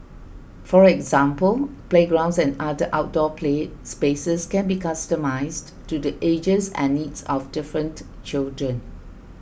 for example playgrounds and other outdoor play spaces can be customized to the ages and needs of different children